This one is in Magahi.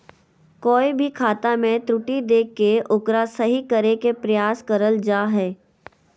कोय भी खाता मे त्रुटि देख के ओकरा सही करे के प्रयास करल जा हय